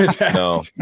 No